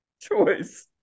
choice